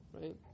right